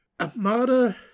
Amada